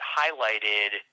highlighted